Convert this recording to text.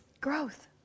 growth